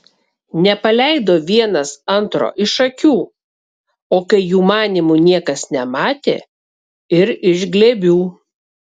nepaleido vienas antro iš akių o kai jų manymu niekas nematė ir iš glėbių